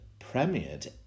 premiered